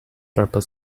purple